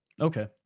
Okay